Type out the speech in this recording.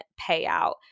payout